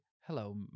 hello